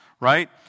right